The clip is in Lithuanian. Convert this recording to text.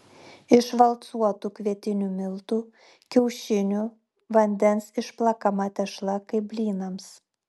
iš valcuotų kvietinių miltų kiaušinių vandens išplakama tešla kaip blynams